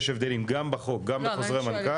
יש הבדלים גם בחוק וגם בחוזי מנכ"ל.